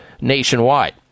nationwide